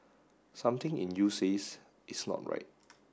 something in you says it's not right